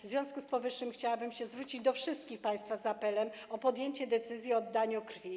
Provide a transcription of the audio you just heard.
W związku z powyższym chciałabym się zwrócić do wszystkich państwa z apelem o podjęcie decyzji o oddaniu krwi.